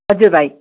हजुर भाइ